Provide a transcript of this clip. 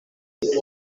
bityo